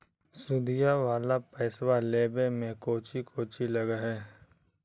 सुदिया वाला पैसबा लेबे में कोची कोची लगहय?